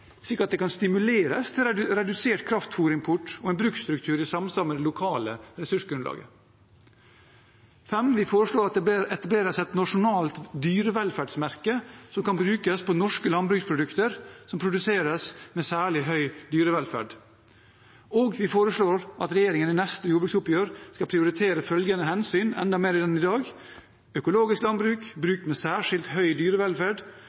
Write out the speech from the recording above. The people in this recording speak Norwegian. slik at det stimuleres til redusert kraftfôrimport og en bruksstruktur i samsvar med det lokale ressursgrunnlaget. For det fjerde foreslår vi at det etableres et nasjonalt dyrevelferdsmerke som kan brukes på norske landbruksprodukter som produseres med særlig høy dyrevelferd. For det femte foreslår vi at regjeringen i det neste jordbruksoppgjøret prioriterer følgende enda mer enn i dag: økologisk landbruk bruk med særskilt høy dyrevelferd